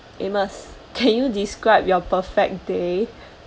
amos can you describe your perfect day